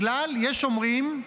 יש אומרים,